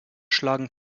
schlagen